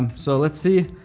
so let's see,